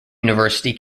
university